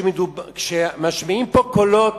כשמשמיעים פה קולות